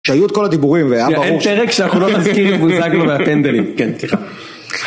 שהיו את כל הדיבורים והיה ברור ש... אין פרק שאנחנו לא נזכיר את בוזגלו והפנדלים, כן, סליחה.